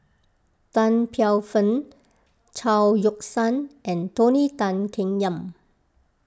Tan Paey Fern Chao Yoke San and Tony Tan Keng Yam